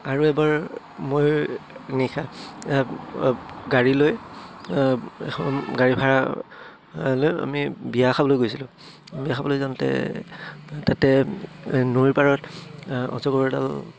আৰু এবাৰ মই নিশা গাড়ী লৈ এখন গাড়ী ভাড়া লৈ আমি বিয়া খাবলৈ গৈছিলোঁ বিয়া খাবলৈ যাওঁতে তাতে নৈ পাৰত অজগৰডাল